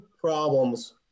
problems